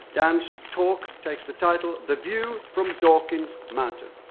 dan's talk takes the title the view from dawkins mountain'.